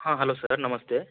ಹಾಂ hello sir ನಮಸ್ತೆ